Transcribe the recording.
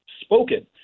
spoken